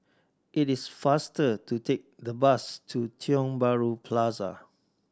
it is faster to take the bus to Tiong Bahru Plaza